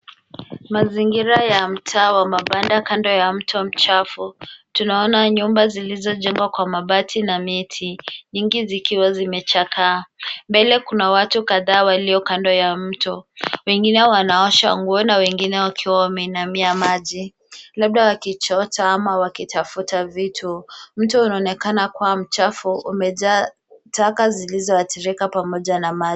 Mazingira ya mtaa wa mabanda kando ya mto mchafu. Tunaona nyumba zilizojengwa kwa mabati na miti. Nyingi zikiwa zimechakaa. Mbele kuna watu kadhaa walio kando ya mto. Wengine wanaosha nguo na wengine wakiwa wameinamia maji, labda wakichota ama wakitafuta vitu. Mto unaonekana kuwa mchafu umejaa taka zilizoachilika pamoja na maji.